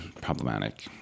problematic